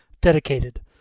dedicated